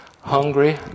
hungry